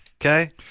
Okay